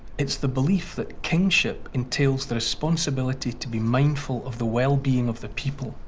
it's the belief that kingship entails the responsibility to be mindful of the well-being of the people.